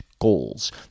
goals